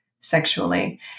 sexually